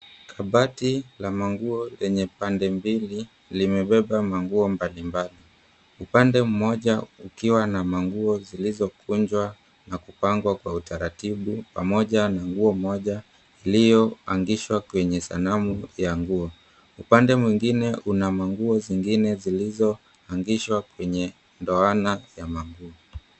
Kabati la manguo lenye pande mbili limebeba manguo 𝑚𝑏𝑎𝑙𝑖𝑚𝑏𝑎𝑙𝑖. 𝑈pande mmoja ukiwa na manguo zilizokunjwa na kupangwa kwa utaratibu, pamoja na nguo moja iliyoangishwa kwenye sanamu ya nguo. Upande mwingine una manguo zingine zilizoangishwa kwenye ndoana ya manguo.